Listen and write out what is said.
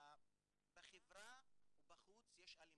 בחברה ובחוץ יש אלימות,